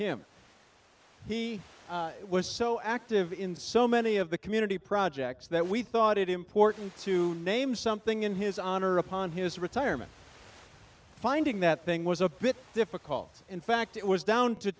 him he was so active in so many of the community projects that we thought it important to name something in his honor upon his retirement finding that thing was a bit difficult in fact it was down to